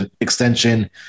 extension